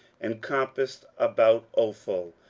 and compassed about ophel,